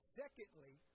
secondly